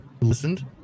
listened